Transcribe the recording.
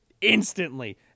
instantly